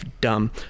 dumb